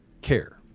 care